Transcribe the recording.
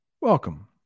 welcome